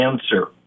answer